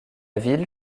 ville